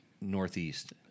northeast